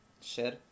share